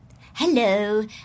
Hello